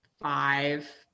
five